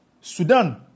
Sudan